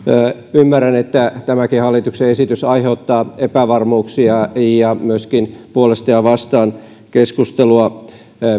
ymmärrän että tämäkin hallituksen esitys aiheuttaa epävarmuuksia ja myöskin puolesta ja vastaan keskustelua